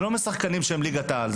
זה לא משחקנים שהם ליגת העל,